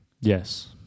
Yes